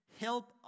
help